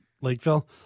Lakeville